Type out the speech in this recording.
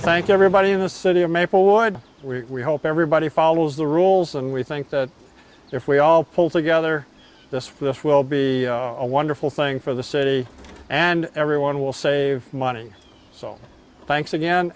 to thank everybody in the city of maplewood we hope everybody follows the rules and we think that if we all pull together this this will be a wonderful thing for the city and everyone will save money so thanks again